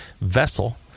vessel